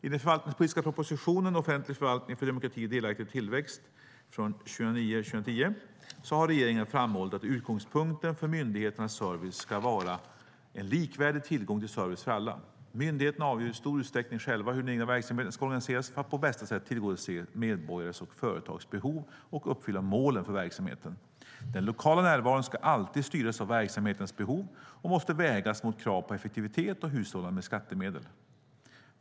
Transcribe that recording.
I den förvaltningspolitiska propositionen Offentlig förvaltning för demokrati, delaktighet och tillväxt har regeringen framhållit att utgångspunkten för myndigheternas service ska vara en likvärdig tillgång till service för alla. Myndigheterna avgör i stor utsträckning själva hur den egna verksamheten ska organiseras för att på bästa sätt tillgodose medborgares och företags behov och uppfylla målen för verksamheten. Den lokala närvaron ska alltid styras av verksamhetens behov och måste vägas mot krav på effektivitet och hushållande med skattemedel.